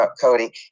Cody